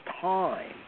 time